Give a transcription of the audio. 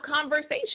conversation